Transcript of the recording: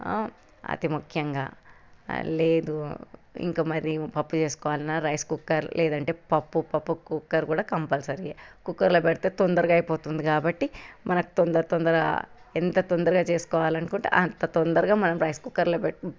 అతి ముఖ్యంగా లేదు ఇంకా మరి పప్పు చేసుకోవాలన్న రైస్ కుక్కర్ లేదంటే పప్పు పప్పు కుక్కర్ కూడా కంపల్సరీ కుక్కర్లో పెడితే తొందరగా అయిపోతుంది కాబట్టి మనం తొందర తొందర ఎంత తొందరగా చేసుకోవాలనుకుంటే అంత తొందరగా మనం రైస్ కుక్కర్లో పెట్టే